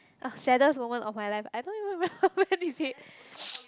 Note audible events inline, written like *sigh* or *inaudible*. oh saddest moment of my life I don't even remember *noise* when is it *noise*